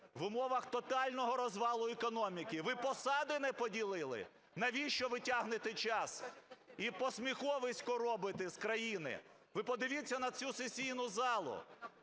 в умовах тотального розвалу економіки? Ви посади не поділили? Навіщо ви тягнете час і посміховисько робите з країни? Ви подивіться на цю сесійну залу.